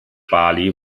bali